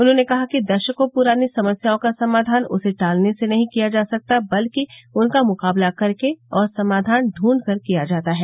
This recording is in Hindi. उन्होंने कहा कि दशकों प्रानी समस्याओं का समाधान उसे टालने से नहीं किया जा सकता बल्कि उनका मुकाबला करके और समाधान ढूंढ़ कर किया जाता है